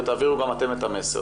ותעבירו גם אתם את המסר,